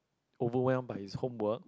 overwhelmed by his homework